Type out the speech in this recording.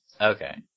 Okay